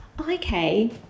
Okay